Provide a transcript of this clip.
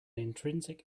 intrinsic